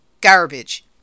garbage